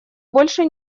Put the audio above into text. больше